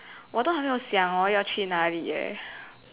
我都还没有想 hor 要去哪里 leh